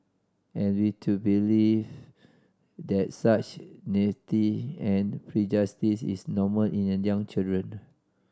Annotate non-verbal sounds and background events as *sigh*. and we to believe that such naivety and prejudice is normal in *unintelligible* young children